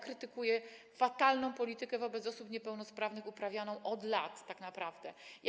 Krytykuję fatalną politykę wobec osób niepełnosprawnych uprawianą tak naprawdę od lat.